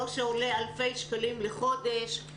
לא שעולה אלפי שקלים לחודש,